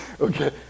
okay